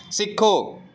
ਸਿੱਖੋ